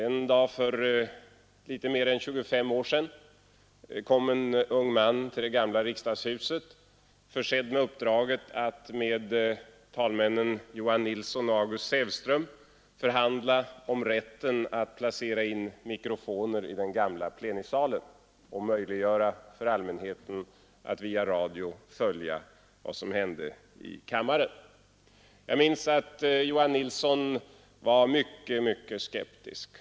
En dag för litet mer än 25 år sedan kom en ung man till det gamla riksdagshuset försedd med uppdraget att med talmännen Johan Nilsson och August Sävström förhandla om rätten att plac plenisalarna och möjliggöra för allmänheten att via radio följa vad som ra in mikrofoner i Jag minns att Johan Nilsson var mycket skeptisk.